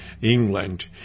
England